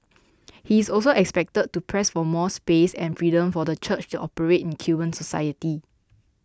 he is also expected to press for more space and freedom for the Church to operate in Cuban society